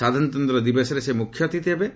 ସାଧାରଣତନ୍ତ୍ର ଦିବସରେ ସେ ମୁଖ୍ୟ ଅତିଥି ହେବେ